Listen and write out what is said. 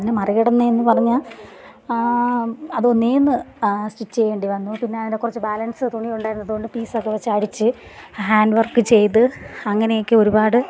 അതിനെ മറി കടന്നതെന്ന് പറഞ്ഞാൽ അതൊന്നേന്ന് സ്റ്റിച്ച് ചെയ്യേണ്ടി വന്നു പിന്നെ അതിൻ്റെ കുറച്ച് ബാലൻസ് തുണി ഉണ്ടായിരുന്നതുകൊണ്ട് പീസൊക്കെ വെച്ച് അടിച്ച് ഹാൻഡ് വർക്ക് ചെയ്ത് അങ്ങനെയൊക്കെ ഒരൂപാട്